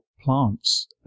plants